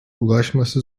ulaşması